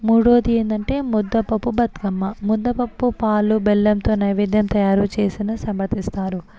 మూడవది ఏంటంటే ముద్దపప్పు బతుకమ్మ ముద్దపప్పు పాలు బెల్లంతో నైవేద్యం తయారు చేసిన సమర్పిస్తారు